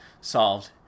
solved